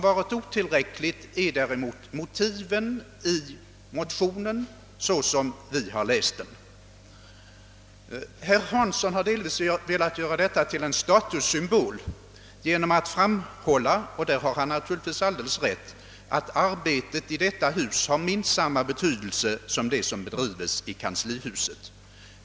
Däremot är motiven i motionen — såsom vi läst den — otillräckliga. Herr Hansson har delvis velat göra pressombudsmannen till en statussymbol genom att framhålla och därvidlag har han naturligtvis alldeles rätt — att arbetet i detta hus har lika stor betydelse som arbetet i kanslihuset.